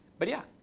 but yeah.